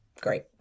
great